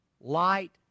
Light